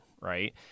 right